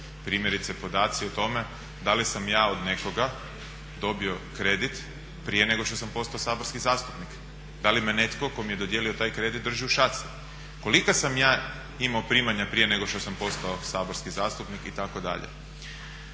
Primjerice podaci o tome da li sam ja od nekoga dobio kredit prije nego što sam postao saborski zastupnik. Da li me netko tko mi je dodijelio taj kredit drži u šaci? Kolika sam ja imao primanja prije nego što sam postao saborski zastupnik, itd.